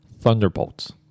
Thunderbolts